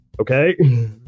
okay